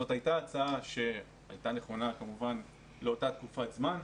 זאת הייתה הצעה שכמובן הייתה נכונה לאותה תקופת זמן.